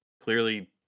Clearly